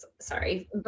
sorry